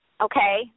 Okay